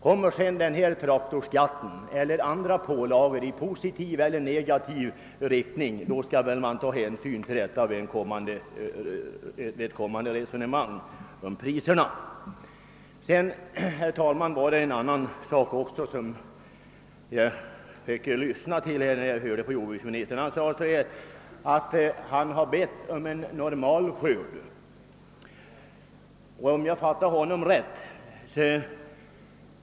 Kommer sedan traktorskatten eller andra pålagor, som har positiv eller negativ effekt, så bör man väl ta hänsyn härtill i ett kommande resonemang om Ppriserna. Jordbruksministern sade vidare, att han bett en bön om en normal skörd.